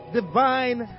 divine